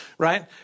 Right